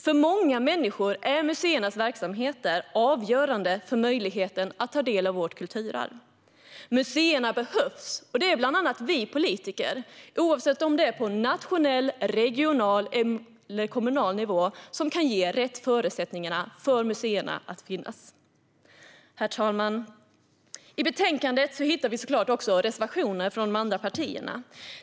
För många människor är museernas verksamheter avgörande för möjligheten att ta del av vårt kulturarv. Museerna behövs, och det är bland andra vi politiker, på nationell, regional eller kommunal nivå, som kan ge rätt förutsättningar för museerna. Herr talman! I betänkandet hittar vi också några reservationer från de andra partierna.